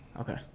okay